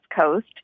coast